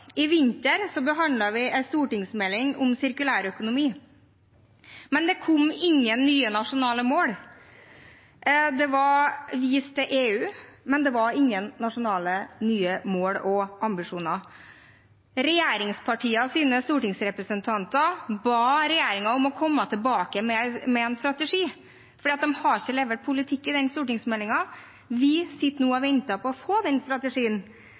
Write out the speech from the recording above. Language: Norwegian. I vinter behandlet vi en stortingsmelding om sirkulær økonomi, men det kom ingen nye nasjonale mål. Det ble vist til EU, men det var ingen nye nasjonale mål og ambisjoner. Regjeringspartienes stortingsrepresentanter ba regjeringen om å komme tilbake med en strategi, fordi de ikke har levert politikk i den stortingsmeldingen. Vi sitter nå og venter på å få den strategien,